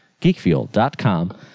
geekfuel.com